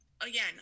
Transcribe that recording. again